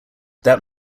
that